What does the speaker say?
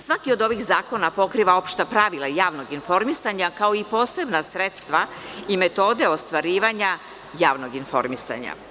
Svaki od ovih zakona pokriva opšta pravila javnog informisanja, kao i posebna sredstva i metode ostvarivanja javnog informiranja.